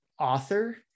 author